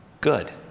good